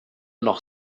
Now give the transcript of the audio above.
noch